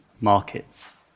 markets